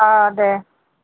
অঁ দে